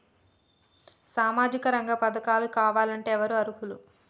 సామాజిక రంగ పథకాలు కావాలంటే ఎవరు అర్హులు?